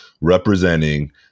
representing